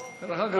דרך אגב,